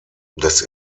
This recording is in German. das